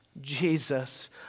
Jesus